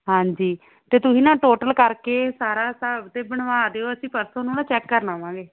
ਹਾਂਜੀ ਅਤੇ ਤੁਸੀਂ ਨਾ ਟੋਟਲ ਕਰਕੇ ਸਾਰਾ ਹਿਸਾਬ ਅਤੇ ਬਣਵਾ ਦਿਓ ਅਸੀਂ ਪਰਸੋਂ ਨੂੰ ਨਾ ਚੈੱਕ ਕਰਨ ਆਵਾਂਗੇ